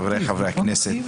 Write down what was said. חבריי חברי הכנסת,